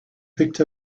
picked